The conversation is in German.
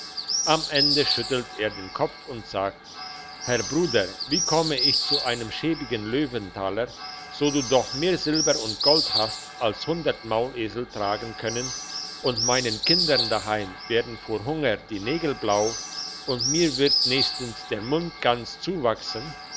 am ende schüttelt er den kopf und sagt herr bruder wie komme ich zu einem schäbigen löwentaler so du doch mehr silber und gold hast als hundert maulesel tragen können und meinen kindern daheim werden vor hunger die nägel blau und mir wird nächstens der mund ganz zuwachsen